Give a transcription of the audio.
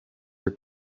are